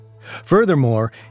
Furthermore